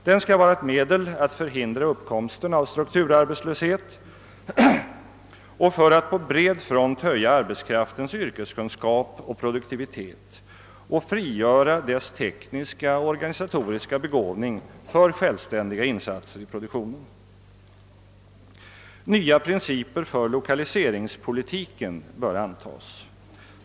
Den skall vara ett medel att förhindra uppkomsten av strukturarbetslöshet och för att på bred front höja arbetskraftens yrkeskunskap och produktivitet samt frigöra dess tekniska och organisatoriska begåvning till självständiga insatser i produktionen. Nya principer för lokaliseringspolitiken bör antas.